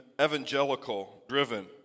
evangelical-driven